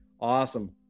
awesome